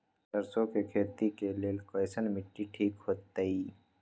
सरसों के खेती के लेल कईसन मिट्टी ठीक हो ताई?